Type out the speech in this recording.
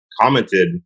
commented